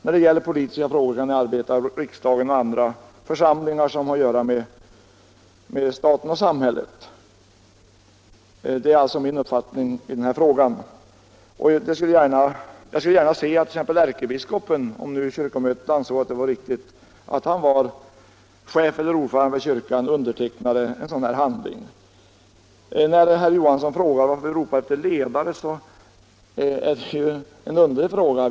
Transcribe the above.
När det gäller politiska frågor kan vi arbeta i riksdagen och inom andra församlingar som har att göra med stat och samhälle. Detta är alltså min uppfattning i den frågan. Jag skulle gärna se att t.ex. ärkebiskopen, om kyrkomötet finner det lämpligt, var chef eller ordförande för kyrkan och undertecknade sådana här handlingar. När herr Johansson i Trollhättan säger att vi ropar efter ledare är det ett underligt yttrande.